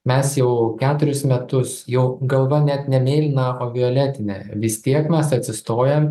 mes jau keturis metus jau galva net ne mėlyna o violetinė vis tiek mes atsistojam